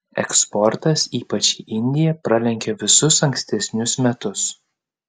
eksportas ypač į indiją pralenkia visus ankstesnius metus